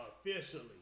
officially